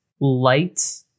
light